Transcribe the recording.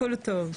הכול טוב.